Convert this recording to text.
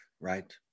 right